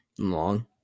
long